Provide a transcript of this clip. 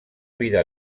vida